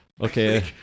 Okay